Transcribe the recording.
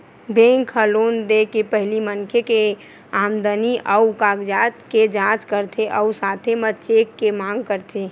bank ह loan दे के पहिली मनखे के आमदनी अउ कागजात के जाँच करथे अउ साथे म चेक के मांग करथे